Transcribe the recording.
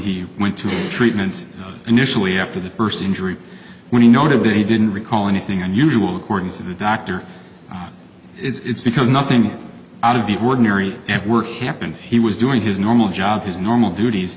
he went to his treatment initially after the first injury when he noted that he didn't recall anything unusual according to the doctor it's because nothing out of the ordinary and work happened he was doing his normal job his normal duties